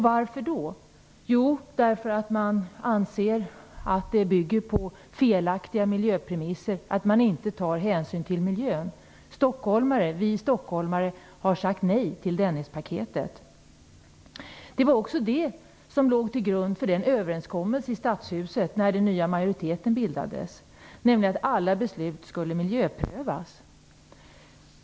Varför? Jo, därför att det anses bygga på felaktiga miljöpremisser och att hänsyn inte tas till miljön. Vi stockholmare har sagt nej till Dennispaketet. Det som låg till grund för den överenskommelse som träffades i Stadshuset när den nya majoriteten bildades var just att alla beslut skulle miljöprövas.